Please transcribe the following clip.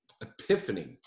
epiphany